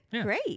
Great